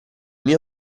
mio